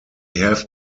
have